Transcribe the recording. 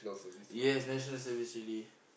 yes National-Service really